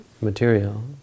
material